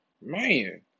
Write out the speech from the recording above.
Man